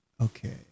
Okay